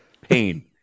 Pain